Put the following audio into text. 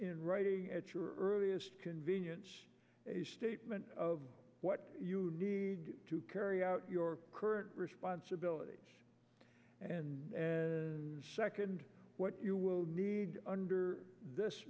in writing at your earliest convenience a statement of what you need to carry out your current responsibilities and second what you will need under this